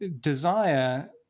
desire